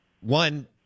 one